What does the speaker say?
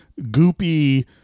goopy-